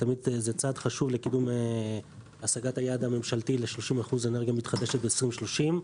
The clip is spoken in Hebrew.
זה צעד חשוב לקידום השגת היעד הממשלתי ל-30% אנרגיה מתחדשת ב-2030.